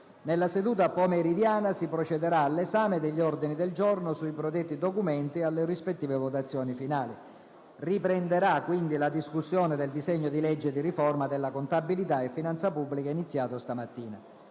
Nella seduta pomeridiana si procederà all'esame degli ordini del giorno sui predetti documenti e alle rispettive votazioni finali. Riprenderà quindi la discussione del disegno di legge di riforma della contabilità e finanza pubblica. **Per lo svolgimento